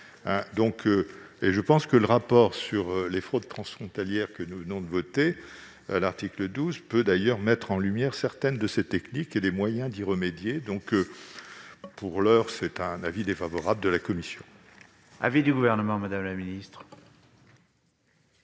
régulièrement. Le rapport sur les fraudes transfrontalières que nous venons de voter à l'article 12 peut d'ailleurs mettre en lumière certaines de ces techniques et les moyens d'y remédier. Pour l'heure, la commission